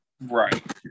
right